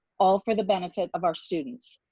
all for the benefit of our students.